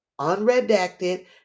unredacted